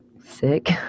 sick